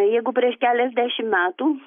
jeigu prieš keliasdešim metų